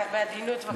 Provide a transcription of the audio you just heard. רק בעדינות בבקשה.